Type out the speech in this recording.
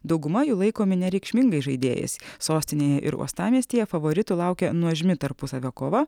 dauguma jų laikomi nereikšmingais žaidėjais sostinėje ir uostamiestyje favoritų laukia nuožmi tarpusavio kova